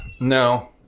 no